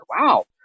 wow